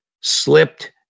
slipped